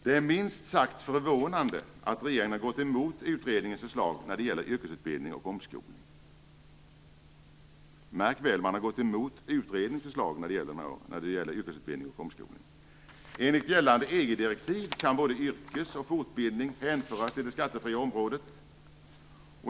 Det är minst sagt förvånande att regeringen har gått emot utredningens förslag när det gäller yrkesutbildning och omskolning. Märk väl att man har gått emot utredningens förslag i det här fallet. Enligt gällande EG-direktiv kan både yrkesutbildning och fortbildning hänföras till det skattefria området.